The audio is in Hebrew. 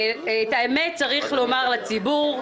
את האמת צריך להגיד לציבור.